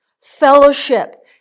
fellowship